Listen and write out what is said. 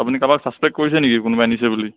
আপুনি কাৰোবাক ছাচপেক্ট কৰিছে নেকি কোনোবাই নিছে বুলি